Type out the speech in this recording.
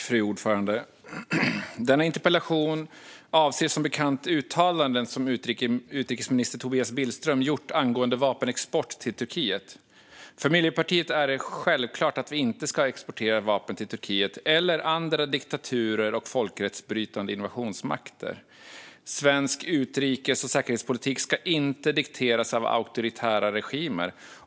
Fru talman! Denna interpellation avser som bekant uttalanden som utrikesminister Tobias Billström har gjort angående vapenexport till Turkiet. För Miljöpartiet är det självklart att vi inte ska exportera vapen till Turkiet eller andra diktaturer och folkrättsbrytande invasionsmakter. Svensk utrikes och säkerhetspolitik ska inte dikteras av auktoritära regimer.